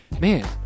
man